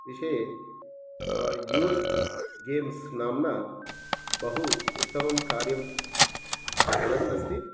विषये youth games नाम्ना बहु उत्तमम् कार्यं चलत् अस्ति